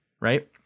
Right